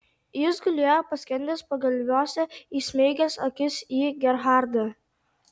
jis gulėjo paskendęs pagalviuose įsmeigęs akis į gerhardą